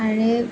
आणि